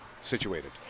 situated